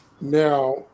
now